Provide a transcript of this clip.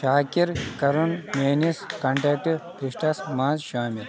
شاکر کرُن میٲنِس contact lists منز شٲمل